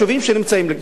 הזכרת אל-פורעה,